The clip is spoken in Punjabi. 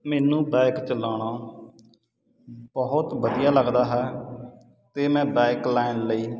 ਮੈਨੂੰ ਬਾਇਕ ਚਲਾਉਣਾ ਬਹੁਤ ਵਧੀਆ ਲੱਗਦਾ ਹੈ ਅਤੇ ਮੈਂ ਬਾਇਕ ਲੈਣ ਲਈ